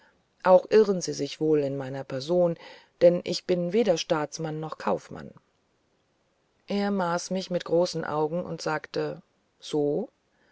auch irren sie sich wohl in meiner person denn ich bin weder staatsmann noch kaufmann er maß mich mit großen augen und sagte so